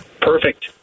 Perfect